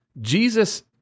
Jesus